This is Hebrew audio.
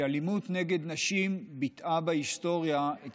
שאלימות נגד נשים ביטאה בהיסטוריה את